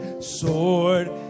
sword